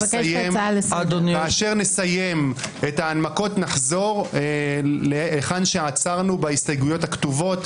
כאשר נסיים את ההנמקות נחזור להיכן שעצרנו בהסתייגויות הכתובות.